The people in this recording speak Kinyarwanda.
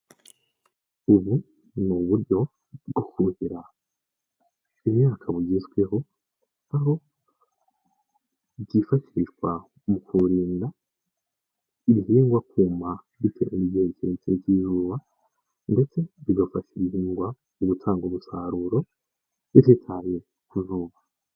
Ubu ni uburyo bwo kuhira imyaka bugezweho, aho byifashishwa mu kurindanda igihingwa kuma bitewe n'igihe kirekire cy'izuba ndetse bigafasha igihingwa gutanga umusaruro bititaye ku izuba.